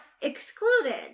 excluded